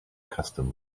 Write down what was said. custom